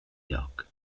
lloc